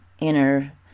inner